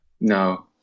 No